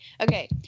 okay